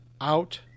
out